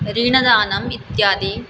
ऋणदानम् इत्यादि